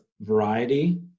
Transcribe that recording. variety